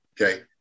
Okay